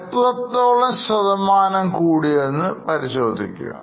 എത്രത്തോളം ശതമാനം കൂടിയെന്ന് പരിശോധിക്കുക